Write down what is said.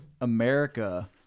America